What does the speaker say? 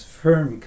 firm